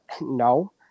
no